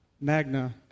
magna